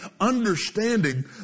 understanding